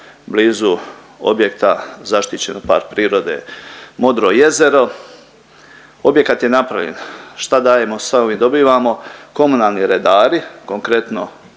blizu objekta zaštićenog park prirode Modro jezero. Objekat je napravljen. Šta dajemo sa ovim dobivamo komunalni redari konkretno